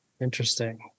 Interesting